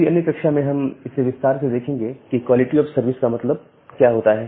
किसी अन्य कक्षा में हम इसे विस्तार से देखेंगे कि क्वालिटी ऑफ़ सर्विस का मतलब क्या होता है